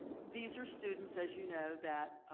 these are students, as you know, that